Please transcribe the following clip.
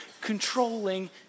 controlling